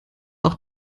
auch